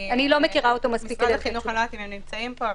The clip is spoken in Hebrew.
אני לא יודעת אם יש כאן נציגים של משרד החינוך.